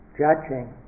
judging